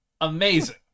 Amazing